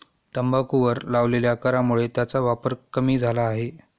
तंबाखूवर लावलेल्या करामुळे त्याचा वापर कमी झाला आहे